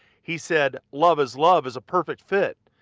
he said love is love is a perfect fit.